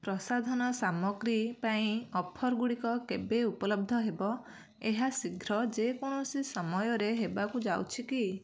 ପ୍ରସାଧନ ସାମଗ୍ରୀ ପାଇଁ ଅଫର୍ ଗୁଡ଼ିକ କେବେ ଉପଲବ୍ଧ ହେବ ଏହା ଶୀଘ୍ର ଯେକୌଣସି ସମୟରେ ହେବାକୁ ଯାଉଛି କି